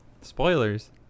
Spoilers